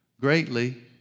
greatly